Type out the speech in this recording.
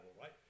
right